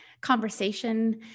conversation